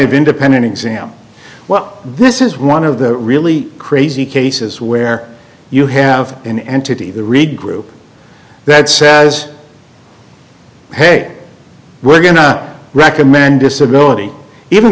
of independent exam well this is one of the really crazy cases where you have an entity the read group that says hey we're going to recommend disability even